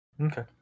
Okay